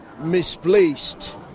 misplaced